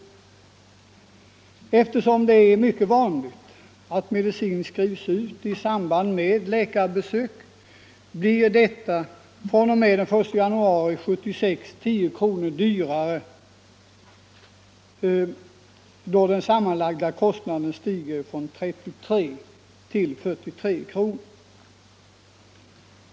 Eftersom det är mycket vanligt att medicin skrivs ut i samband med läkarbesök blir de totalt 10 kronor dyrare från den 1 januari 1976, då den sammanlagda kostnaden stiger från 33 till 43 kronor.